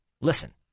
Listen